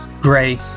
gray